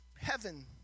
heaven